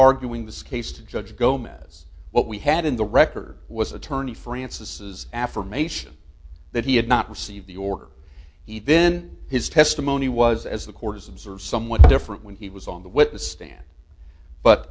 arguing this case to judge gomez what we had in the record was attorney francis's affirmation that he had not received the order he then his testimony was as the court is observe somewhat different when he was on the witness stand but